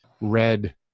red